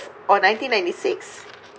or nineteen ninety six